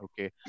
Okay